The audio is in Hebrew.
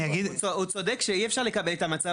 אני אגיד --- הוא צודק שאי אפשר לקבל את המצב